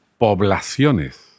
poblaciones